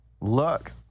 Look